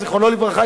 זיכרונו לברכה,